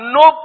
no